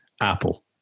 Apple